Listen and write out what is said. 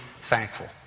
thankful